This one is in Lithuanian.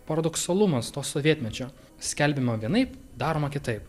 paradoksalumas to sovietmečio skelbiama vienaip daroma kitaip